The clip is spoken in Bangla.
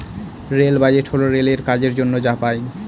রেল বাজেট হল রেলের কাজের জন্য যা পাই